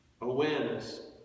Awareness